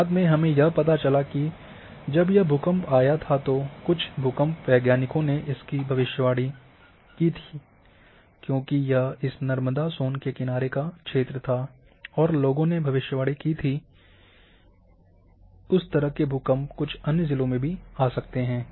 बाद में यह पता चला कि जब यह भूकंप आया था तो कुछ भूकंप वैज्ञानिकों ने इसकी भविष्यवाणी की थी क्योंकि यह इस नर्मदा सोन के किनारे का क्षेत्र था और लोगों ने भविष्यवाणी की थी उस तरह के भूकम्प कुछ अन्य जिलों में भी आ सकते हैं